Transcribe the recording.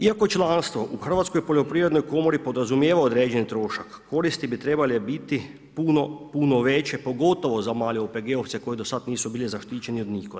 Iako članstvo u Hrvatskoj poljoprivrednoj komori podrazumijeva određeni trošak, koristi bi trebale biti puno, puno veće, pogotovo za male OPG-ovce koji do sad nisu bili zaštićeni od nikoga.